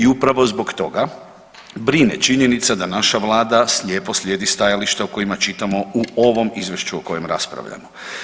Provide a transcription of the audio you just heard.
I upravo zbog toga brine činjenica da naša vlada slijepo slijedi stajališta o kojima čitamo u ovom izvješću o kojem raspravljamo.